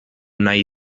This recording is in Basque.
nahi